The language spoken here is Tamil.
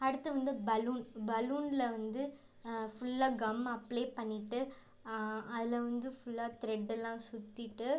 அடுத்து வந்து பலூன் பலூனில் வந்து ஃபுல்லா கம் அப்ளேஎ பண்ணிட்டு அதில் வந்து ஃபுல்லாக த்ரெட்டெல்லாம் சுற்றிட்டு